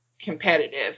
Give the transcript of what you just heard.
competitive